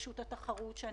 תחרות.